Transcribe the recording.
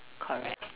correct